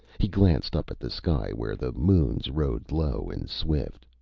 he glanced up at the sky, where the moons rode low and swift.